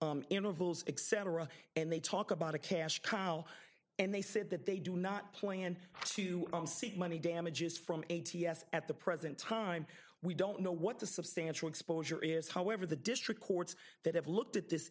white intervals accent and they talk about a cash cow and they said that they do not plan to seek money damages from a t f at the present time we don't know what the substantial exposure is however the district courts that have looked at this